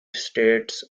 states